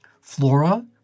Flora